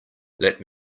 let